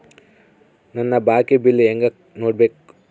ನನ್ನ ಬಾಕಿ ಬಿಲ್ ಹೆಂಗ ನೋಡ್ಬೇಕು?